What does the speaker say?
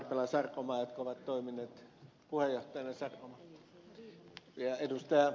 sarkomaa jotka ovat toimineet puheenjohtajina ja ed